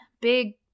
big